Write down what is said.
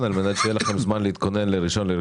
על מנת שיהיה לכם זמן להתכונן ל-1.1.2023.